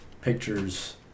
pictures